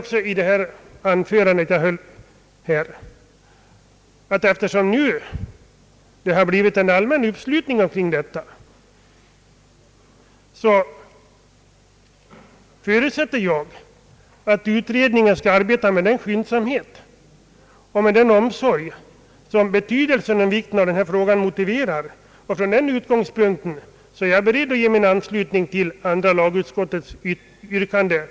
I mitt förra anförande nämnde jag också, att eftersom det nu har blivit en allmän uppslutning kring detta mål förutsätter jag att utredningen skall arbeta med den skyndsamhet och omsorg som denna frågas betydelse och vikt motiverar. Från den utgångspunkten är jag beredd att ge min anslutning till andra lagutskottets yrkande.